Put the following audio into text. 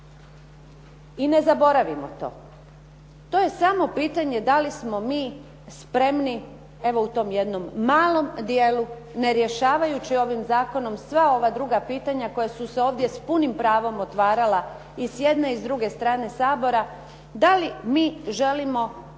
I ne zaboravimo to. To je samo pitanje da li smo mi spremni evo u tom jednom malom dijelu ne rješavajući ovim zakonom sva ova druga pitanja koja su se ovdje s punim pravom otvarala i s jedne i s druge strane Sabora da li mi želimo tim